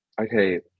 okay